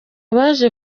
baje